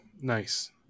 nice